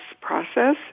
process